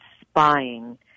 spying